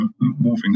moving